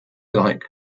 like